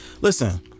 listen